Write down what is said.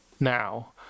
now